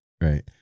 Right